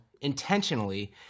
intentionally